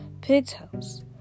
Pigtails